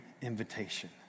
invitation